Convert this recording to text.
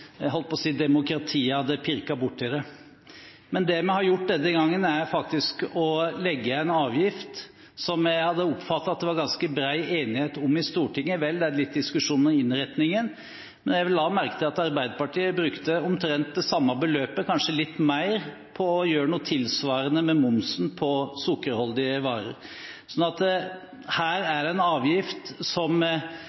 jeg holdt på å si – demokratiet hadde pirket borti det. Men det vi har gjort denne gangen, er å pålegge en avgift som jeg hadde oppfattet at det var ganske bred enighet om i Stortinget. Det er litt diskusjon om innretningen, men jeg la merke til at Arbeiderpartiet brukte omtrent det samme beløpet, kanskje litt mer, på å gjøre noe tilsvarende med momsen på sukkerholdige varer.